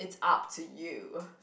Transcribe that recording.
it's up to you